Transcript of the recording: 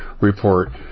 report